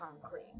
concrete